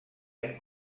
han